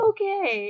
Okay